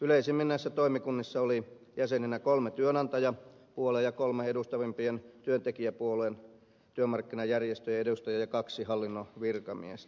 yleisimmin näissä toimikunnissa oli jäseninä kolme työnantajapuolen ja kolme työntekijäpuolen edustavimpien työmarkkinajärjestöjen edustajaa ja kaksi hallinnon virkamiestä